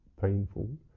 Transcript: painful